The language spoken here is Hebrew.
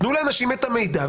תנו לאנשים את המידע.